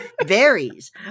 varies